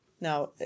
now